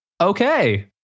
okay